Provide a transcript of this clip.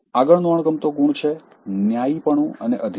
આગળનો અણગમતો ગુણ છે ન્યાયીપણું અને અધીરાઇ